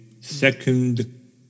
second